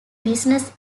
business